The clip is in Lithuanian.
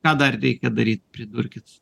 ką dar reikia daryt pridurkit